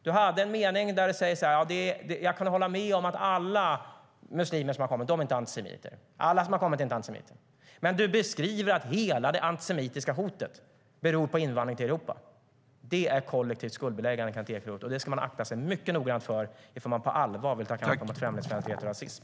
Du hade en mening där du sade att du kan hålla med om att alla muslimer som har kommit hit inte är antisemiter. Men du beskriver att hela det antisemitiska hotet beror på invandring till Europa. Det är kollektivt skuldbeläggande. Det ska man akta sig mycket noggrant för ifall man på allvar vill ta upp kampen mot främlingsfientlighet och rasism.